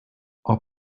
our